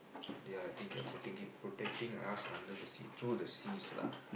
there are I think they are protecting protecting us under the sea through the seas lah